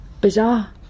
Bizarre